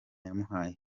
yamuhaye